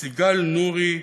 סיגל נורני,